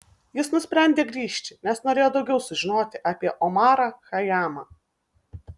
jis nusprendė grįžti nes norėjo daugiau sužinoti apie omarą chajamą